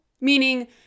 meaning